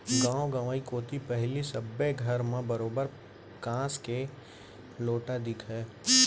गॉंव गंवई कोती पहिली सबे घर म बरोबर कांस के लोटा दिखय